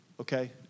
okay